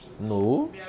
No